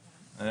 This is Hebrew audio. בסדר.